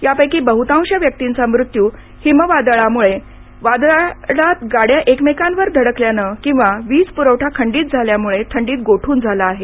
यापैकी बहुतांश व्यक्तींचा मृत्यू हिमवादळामुळे वादळात गाड्या एकमेकांवर धडकल्याने किंवा वीज पुरवठा खंडित झाल्यामुळे थंडीत गोठून झाला आहे